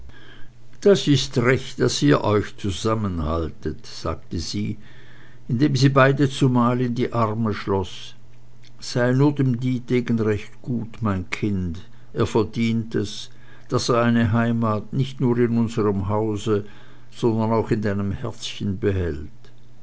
das ist recht daß ihr euch zusammenhaltet sagte sie indem sie beide zumal in die arme schloß sei nur dem dietegen recht gut mein kind er verdient es daß er eine heimat nicht nur in unserm hause sondern auch in deinem herzchen behält